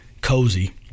cozy